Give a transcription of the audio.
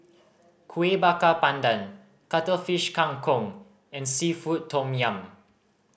Kueh Bakar Pandan Cuttlefish Kang Kong and seafood tom yum